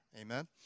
Amen